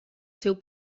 seu